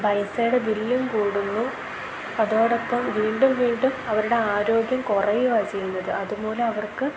പൈസയുടെ ബില്ലും കൂടുന്നു അതോടൊപ്പം വീണ്ടും വീണ്ടും അവരുടെ ആരോഗ്യം കുറയുകയാണ് ചെയ്യുന്നത് അതുമൂലം അവർക്ക്